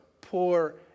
poor